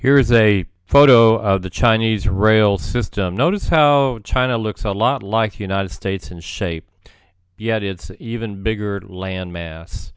here's a photo of the chinese rail system notice how china looks a lot like the united states and shape yet it's even bigger landmass